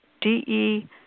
D-E